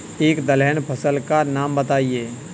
एक दलहन फसल का नाम बताइये